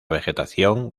vegetación